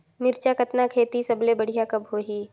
मिरचा कतना खेती सबले बढ़िया कब होही?